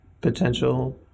potential